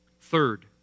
Third